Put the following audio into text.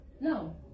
No